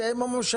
זה אם המושבות.